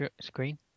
screen